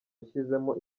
yashyizemo